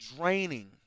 draining